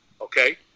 okay